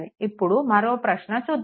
ఇప్పుడు మరో ప్రశ్న చూద్దాము